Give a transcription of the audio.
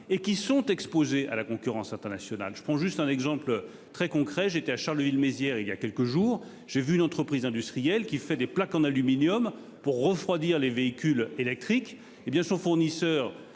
et qui sont exposés à la concurrence internationale. Je prends juste un exemple très concret, j'étais à Charleville-Mézières il y a quelques jours, j'ai vu une entreprise industrielle qui fait des plaques en aluminium pour refroidir les véhicules électriques. Hé bien